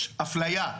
יש אפליה.